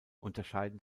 unterscheiden